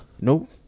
Nope